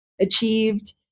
achieved